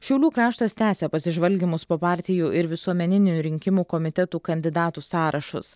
šiaulių kraštas tęsia pasižvalgymus po partijų ir visuomeninių rinkimų komitetų kandidatų sąrašus